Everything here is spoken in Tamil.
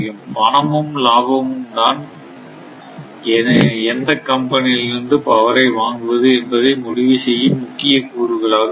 பணமும் லாபமும் தான் எந்த கம்பெனியிடமிருந்து பவரை வாங்குவது என்பதை முடிவு செய்யும் முக்கியமான கூறுகளாக இருக்கும்